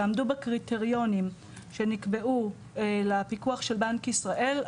יעמדו בקריטריונים שנקבעו לפיקוח של בנק ישראל,